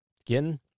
again